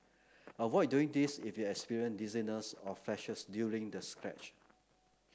avoid doing this if you experience dizziness or flashes during the stretch